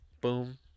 boom